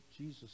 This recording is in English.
Jesus